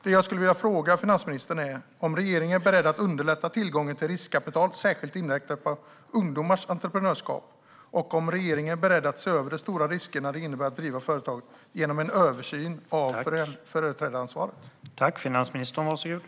Det jag skulle vilja fråga finansministern är om regeringen är beredd att underlätta tillgången till riskkapital särskilt inriktat på ungdomars entreprenörskap och om regeringen är beredd att genom en översyn av företrädaransvaret se över de stora risker det innebär att driva företag.